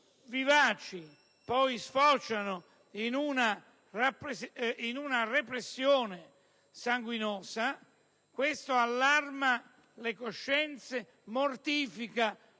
vivaci, sfociano in una repressione sanguinosa, questo allarma le coscienze, mortifica